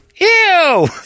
Ew